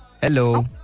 Hello